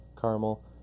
caramel